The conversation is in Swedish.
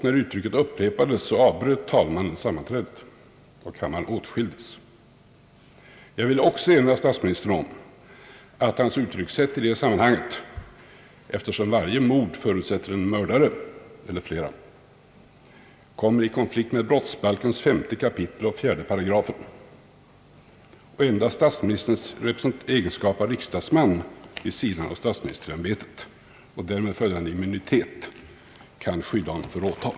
När uttrycket upprepades avbröt talmannen den gången sammanträdet och kammaren åtskildes. Jag vill också erinra statsministern om att hans uttryckssätt, eftersom varje »mord» förutsätter en mördare eller flera, kan komma i konflikt med brottsbalkens 5 kap. 4 §. Endast statsministerns egenskap av riksdagsman vid sidan av statsministerämbetet och därmed följande immunitet kan i så fall skydda honom från åtal.